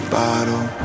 bottle